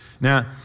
Now